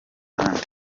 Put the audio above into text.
ahandi